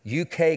UK